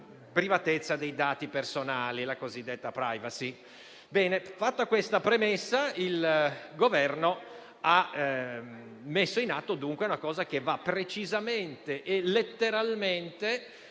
grazie a tutti